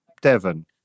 Devon